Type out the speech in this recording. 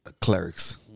clerics